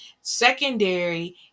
secondary